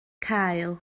cael